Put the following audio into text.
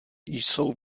jsou